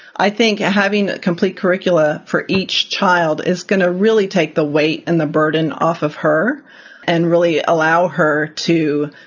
i think having complete curricula for each child is going to really take the weight and the burden off of her and really allow her to,